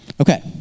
Okay